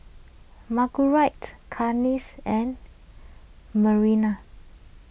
Margurite Cassie and Mariann